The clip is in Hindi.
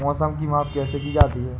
मौसम की माप कैसे की जाती है?